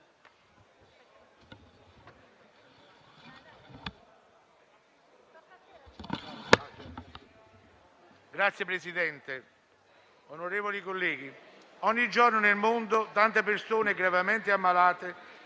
Signor Presidente, onorevoli colleghi, ogni giorno nel mondo tante persone gravemente ammalate